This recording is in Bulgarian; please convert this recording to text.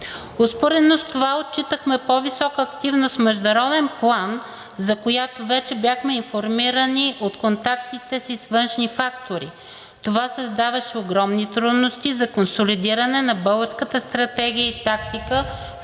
Успоредно с това, отчитахме по-висока активност в международен план, за която вече бяхме информирани от контактите си с външни фактори. Това създаваше огромни трудности за консолидиране на българската стратегия и тактика в